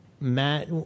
Matt